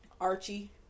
Archie